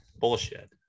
Bullshit